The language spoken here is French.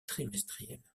trimestrielle